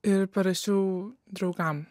ir parašiau draugam